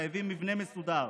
חייבים מבנה מסודר